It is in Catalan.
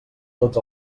tots